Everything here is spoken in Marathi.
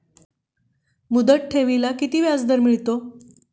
मुदत ठेवीला किती व्याजदर मिळतो?